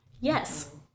Yes